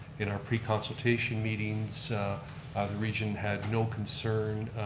in our preconsultation meetings the region had no concern